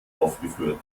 aufgeführt